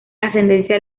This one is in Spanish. ascendencia